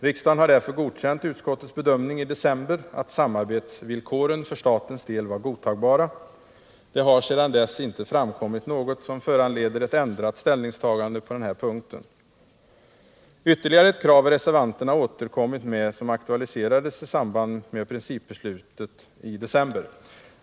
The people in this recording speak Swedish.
Riksdagen har därför godkänt utskottets bedömning i december att samarbetsvillkoren för statens del var godtagbara. Det har sedan dess inte framkommit något som föranleder ett ändrat ställningstagande på den här punkten. Ytterligare ett krav har reservanterna återkommit med som aktualiserades i samband med principbeslutet i december.